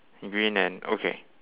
green and okay